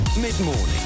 Mid-Morning